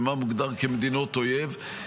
ומה מוגדר כמדינות אויב.